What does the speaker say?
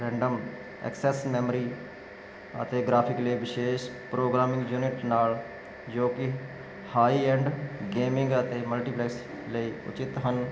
random access memory ਅਤੇ graphic ਲੇ ਵਿਸ਼ੇਸ਼ ਪ੍ਰੋਗਰਾਮਿੰਗ ਯੂਨਿਟ ਨਾਲ ਜੋ ਹਾਈ ਐਂਡ ਗੇਮਿੰਗ ਅਤੇ ਮਲਟੀਪਲੈਸ ਲਈ ਉਚਿਤ ਹਨ